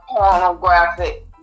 pornographic